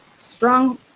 strong